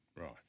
Right